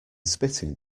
spitting